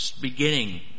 Beginning